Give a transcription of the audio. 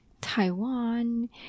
Taiwan